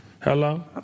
Hello